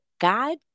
God